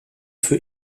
für